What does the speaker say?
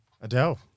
Adele